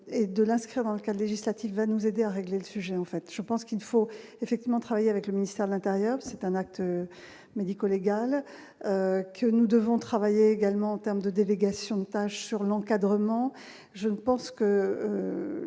et de l'inscrire dans lequel législatives va nous aider à régler le sujet en fait, je pense qu'il faut effectivement travailler avec le ministère de l'Intérieur, c'est un acte médico-légales que nous devons travailler également en terme de délégations de tâches sur l'encadrement, je ne pense que